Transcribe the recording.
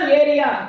area